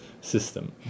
system